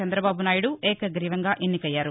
చందబాబు నాయుడు ఏకగ్గీవంగా ఎన్నికయ్యారు